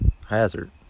Hazard